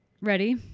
Ready